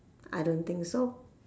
I don't think so